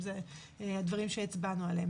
אם אלה הדברים עליהם הצבענו.